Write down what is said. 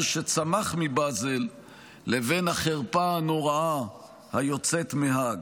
שצמח מבזל לבין החרפה הנוראה היוצאת מהאג.